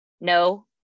no